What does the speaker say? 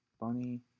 Bunny